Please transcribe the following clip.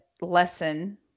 lesson